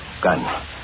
Gun